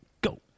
Go